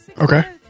Okay